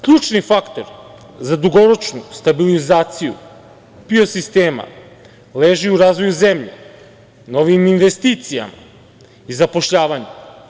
Ključni faktor za dugoročnu stabilizaciju PIO sistema leži u razvoju zemlje, novim investicijama i zapošljavanju.